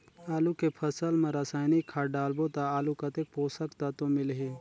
आलू के फसल मा रसायनिक खाद डालबो ता आलू कतेक पोषक तत्व मिलही?